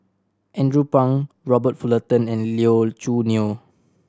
Andrew Phang Robert Fullerton and Lee Choo Neo